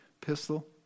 pistol